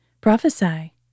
Prophesy